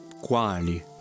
quali